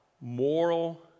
Moral